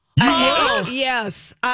Yes